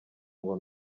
ngo